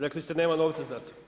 Rekli ste nema novca za to.